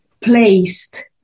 placed